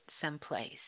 someplace